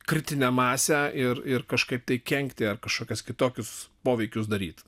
kritinę masę ir ir kažkaip tai kenkti ar kažkokius kitokius poveikius daryti